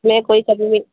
में कोई कमी नहीं